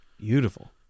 Beautiful